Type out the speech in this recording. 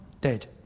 dead